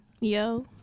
yo